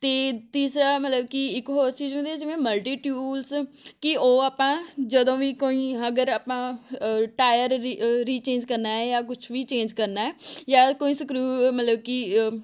ਅਤੇ ਤੀਸਰਾ ਮਤਲਬ ਕਿ ਇੱਕ ਹੋਰ ਚੀਜ਼ ਹੁੰਦੀ ਆ ਜਿਵੇਂ ਮਲਟੀ ਟਿਊਲਸ ਕਿ ਉਹ ਆਪਾਂ ਜਦੋਂ ਵੀ ਕੋਈ ਅਗਰ ਆਪਾਂ ਟਾਇਰ ਰੀ ਰੀਚੇਂਜ ਕਰਨਾ ਏ ਜਾਂ ਕੁਛ ਵੀ ਚੇਂਜ ਕਰਨਾ ਜਾਂ ਕੋਈ ਸਕਰੂ ਮਤਲਬ ਕਿ